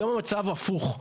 היום המצב הוא הפוך.